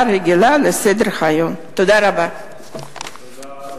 רגילה לסדר-היום ולהעביר אותה לדיון משותף